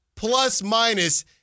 plus-minus